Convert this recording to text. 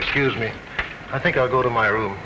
excuse me i think i'll go to my room